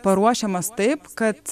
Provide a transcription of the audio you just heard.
paruošiamas taip kad